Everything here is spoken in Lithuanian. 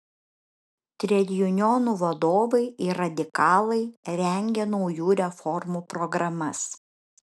tredjunionų vadovai ir radikalai rengė naujų reformų programas